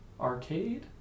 Arcade